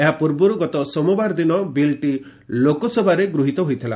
ଏହା ପୂର୍ବରୁ ଗତ ସୋମବାର ଦିନ ବିଲ୍ଟି ଲୋକସଭାରେ ଗୃହୀତ ହୋଇଥିଲା